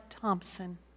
Thompson